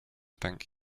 thank